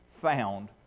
found